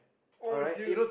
oh dude